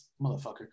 Motherfucker